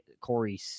Corey